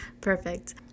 perfect